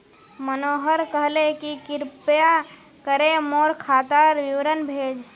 मनोहर कहले कि कृपया करे मोर खातार विवरण भेज